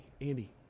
Andy